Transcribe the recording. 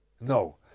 No